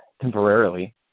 Temporarily